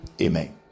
Amen